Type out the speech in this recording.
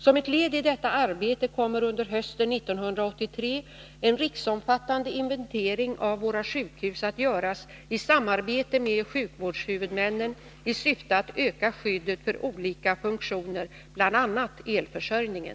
Som ett led i detta arbete kommer under hösten 1983 en riksomfattande inventering av våra sjukhus att göras i samarbete med sjukvårdshuvudmännen i syfte att öka skyddet för olika funktioner, bl.a. elförsörjningen.